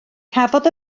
cafodd